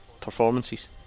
performances